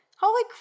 holy